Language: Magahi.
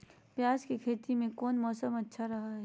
प्याज के खेती में कौन मौसम अच्छा रहा हय?